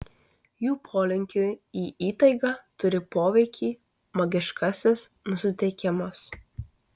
jų polinkiui į įtaigą turi poveikį magiškasis nusiteikimas